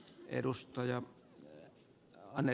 arvoisa puhemies